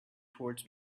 towards